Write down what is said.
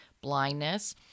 blindness